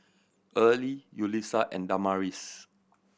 Earley Yulissa and Damaris